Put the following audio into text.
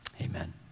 Amen